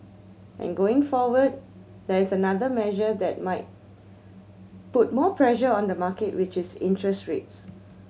and going forward there is another measure that might put more pressure on the market which is interest rates